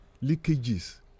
leakages